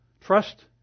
Trust